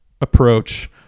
approach